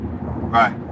Right